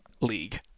league